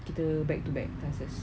kita back to back classes